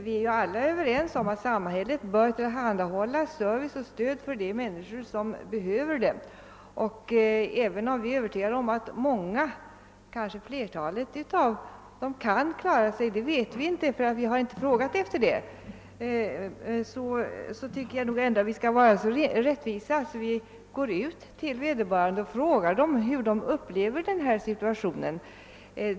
Vi är ju alla överens om att samhället bör tillhandahålla service och stöd åt de människor som behöver det, och även om vi är övertygade om att många ensamma mödrar — kanske flertalet av dem — kan klara sig, så vet vi ingenting om detta, ty vi har inte frågat efter det. Då tycker jag att vi ändå skall vara så rättvisa att vi går ut till vederbörande och frågar dem hur de upplever denna situation.